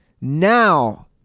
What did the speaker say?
Now